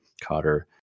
Cotter